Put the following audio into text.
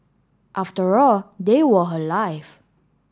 after all they were her life